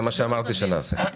זה מה שאמרתי שנעשה.